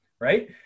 Right